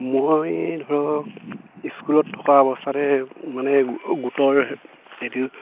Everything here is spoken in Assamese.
মই ধৰক ইস্কুলত থকা অৱস্থাতে মানে গোটৰ টো